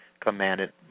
commanded